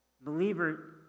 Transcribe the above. Believer